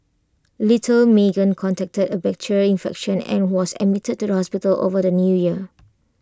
little Meagan contacted A bacterial infection and was admitted to the hospital over the New Year